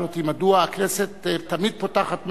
אותי מדוע הכנסת תמיד פותחת במדויק,